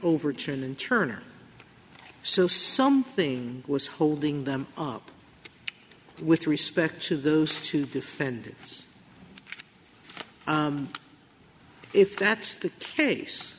overture and turner so something was holding them up with respect to those to defend us if that's the case